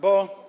Bo.